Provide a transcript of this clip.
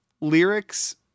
lyrics